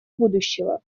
будущего